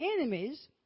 enemies